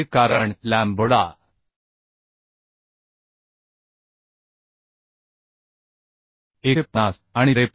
हे कारण लॅम्बडा 150 आणि 53